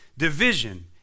division